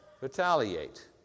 retaliate